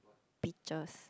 beaches